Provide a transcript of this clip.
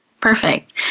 Perfect